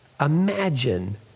Imagine